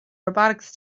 robotics